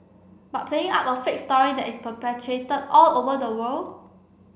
but playing up a fake story that is perpetuated all over the world